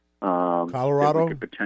Colorado